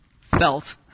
felt